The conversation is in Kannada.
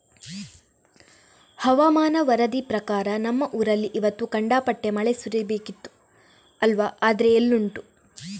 ಹವಾಮಾನ ವರದಿ ಪ್ರಕಾರ ನಮ್ಮ ಊರಲ್ಲಿ ಇವತ್ತು ಖಂಡಾಪಟ್ಟೆ ಮಳೆ ಸುರೀಬೇಕಿತ್ತು ಅಲ್ವಾ ಆದ್ರೆ ಎಲ್ಲುಂಟು